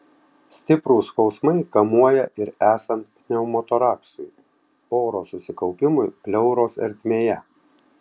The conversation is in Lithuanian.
stiprūs skausmai kamuoja ir esant pneumotoraksui oro susikaupimui pleuros ertmėje